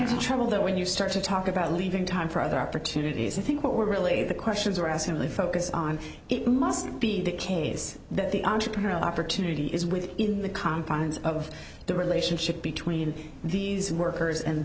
into trouble though when you start to talk about leaving time for other opportunities i think what we're really the questions are asked him to focus on it must be the case that the entrepreneurial opportunity is within the confines of the relationship between these workers and